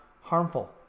harmful